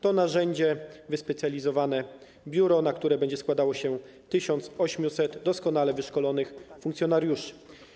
To narzędzie to wyspecjalizowane biuro, na które będzie składało się 1800 doskonale wyszkolonych funkcjonariuszy.